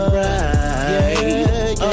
right